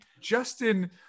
Justin